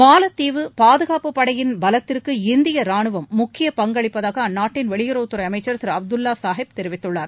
மாலத்தீவு பாதுகாப்பு படையின் பலத்திற்கு இந்திய ராணுவம் முக்கிய பங்களிப்பதாக அந்நாட்டின் வெளியுறவுத்துறை அமைச்சர் திரு அப்துல்லா சாஹீப் தெரிவித்துள்ளார்